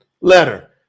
letter